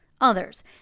others